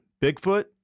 Bigfoot